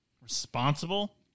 Responsible